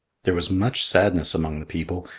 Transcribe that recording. there was much sadness among the people,